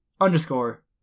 underscore